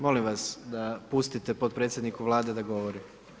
Molim vas da pustite podpredsjedniku Vlade da govori.